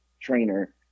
trainer